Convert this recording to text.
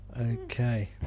Okay